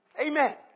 Amen